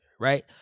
right